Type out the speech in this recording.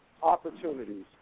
Opportunities